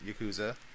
Yakuza